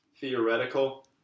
theoretical